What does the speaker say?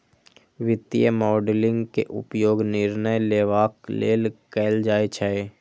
वित्तीय मॉडलिंग के उपयोग निर्णय लेबाक लेल कैल जाइ छै